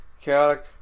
chaotic